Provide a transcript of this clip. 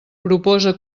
proposa